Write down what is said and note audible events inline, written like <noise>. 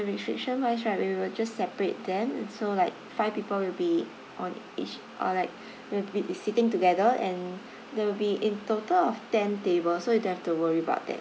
restriction wise right we will just separate them so like five people will be on each or like <breath> will be is sitting together and <breath> there will be in total of ten table so you don't have to worry about that